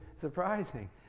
surprising